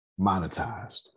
monetized